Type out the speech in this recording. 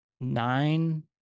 Nine